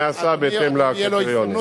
ונעשה בהתאם לקריטריונים.